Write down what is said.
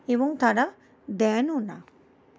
এবং তারা দেনও না